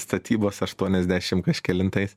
statybos aštuoniasdešim kažkelintais